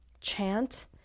chant